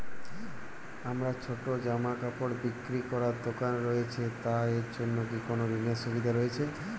আমার ছোটো জামাকাপড় বিক্রি করার দোকান রয়েছে তা এর জন্য কি কোনো ঋণের সুবিধে রয়েছে?